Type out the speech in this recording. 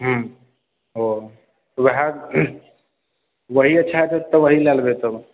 हूँ ओ उएह वही अच्छा होयत तऽ वही लए लेबै तब